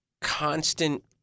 constant